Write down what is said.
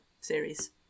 series